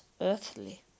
earthly